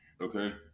Okay